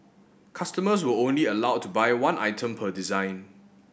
customers were only allowed to buy one item per design